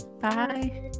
bye